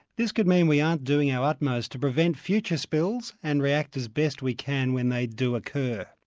this could mean we aren't doing our utmost to prevent future spills and react as best we can when they do occur.